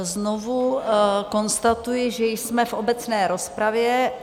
Znovu konstatuji, že jsme v obecné rozpravě.